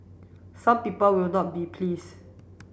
some people will not be please